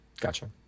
Gotcha